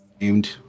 Named